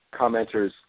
commenters